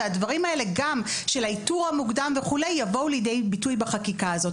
והדברים האלה גם של האיתור המוקדם וכו' יבואו לידי ביטוי בחקיקה הזאת.